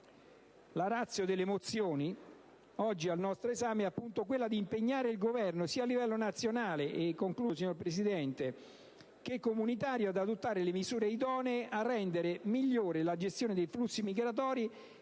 La *ratio* delle mozioni oggi al nostro esame è quella di impegnare il Governo, sia a livello nazionale sia a livello comunitario, ad adottare le misure idonee a rendere migliore la gestione dei flussi migratori